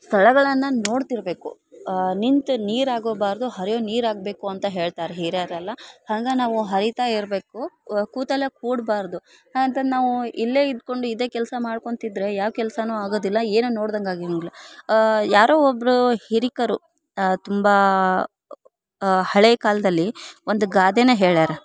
ಸ್ಥಳಗಳನ್ನ ನೋಡ್ತಿರಬೇಕು ನಿಂತ ನೀರಾಗೊಬಾರ್ದು ಹರಿಯೊ ನೀರಾಗಬೇಕು ಅಂತ ಹೇಳ್ತಾರೆ ಹಿರಿಯರೆಲ್ಲ ಹಂಗೆ ನಾವು ಹರಿತ ಇರಬೇಕು ಕೂತಲ್ಲೆ ಕೂಡ್ಬಾರದು ಹಾಗಂತ ನಾವೂ ಇಲ್ಲೆ ಇದ್ಕೊಂಡು ಇದೆ ಕೆಲಸ ಮಾಡ್ಕೊಂತಿದರೆ ಯಾವ ಕೆಲಸನು ಆಗೋದಿಲ್ಲ ಏನು ನೋಡ್ದಂಗೆ ಆಗಿ ಇಲ್ಲ ಯಾರೋ ಒವ್ರು ಹಿರಿಕರು ತುಂಬಾ ಹಳೇ ಕಾಲದಲ್ಲಿ ಒಂದು ಗಾದೆನ ಹೇಳ್ಯಾರೆ